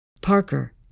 Parker